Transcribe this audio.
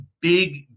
big